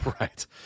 Right